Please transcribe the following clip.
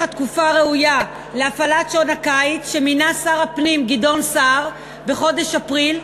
התקופה הראויה להפעלת שעון הקיץ שמינה שר הפנים גדעון סער בחודש אפריל,